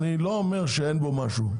אני לא אומר שאין בו משהו,